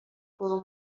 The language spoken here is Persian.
برو